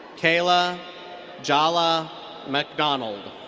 kala jahla mcdonald.